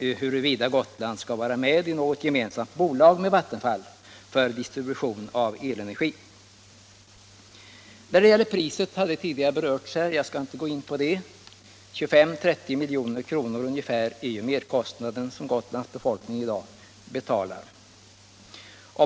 om Gotland skall vara med i ett gemensamt bolag med Vattenfall för distribution av elenergi på Gotland. Vad priset på elektrisk kraft angår har det tidigare berörts i debatten, och jag skall nu inte gå närmare in på den frågan. Men ungefär 25-30 milj.kr. är den merkostnad som Gotlands befolkning i dag betalar.